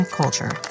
culture